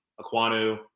Aquanu